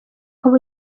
ubu